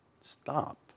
stop